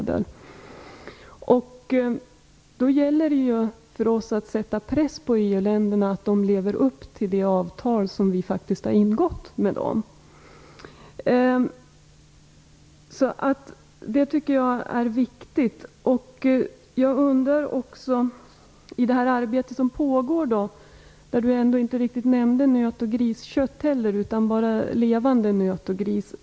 Det gäller för oss att sätta press på de andra EU-länderna att de lever upp till det avtal som vi faktiskt har ingått med dem. Det tycker jag är viktigt. Jordbruksministern nämnde inte nöt och griskött utan bara levande nöt och gris.